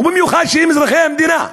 ובמיוחד שהם אזרחי המדינה?